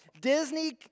Disney